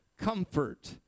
comfort